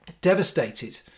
devastated